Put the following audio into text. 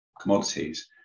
commodities